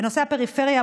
בנושא הפריפריה,